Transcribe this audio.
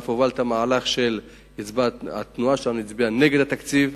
ואף הובלת מהלך שהתנועה שם הצביעה נגד התקציב,